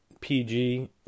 PG